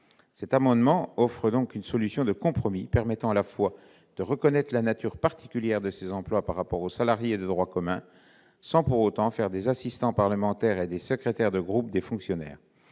Cet amendement offre une solution de compromis permettant à la fois de reconnaître la nature particulière de ces emplois par rapport aux salariés de droit commun, sans pour autant faire des assistants parlementaires et des secrétaires de groupe des fonctionnaires.